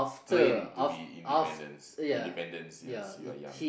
to be independence independent since you are young